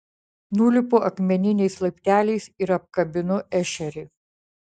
nulipu akmeniniais laipteliais ir apkabinu ešerį